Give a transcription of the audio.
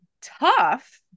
tough